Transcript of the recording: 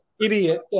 idiot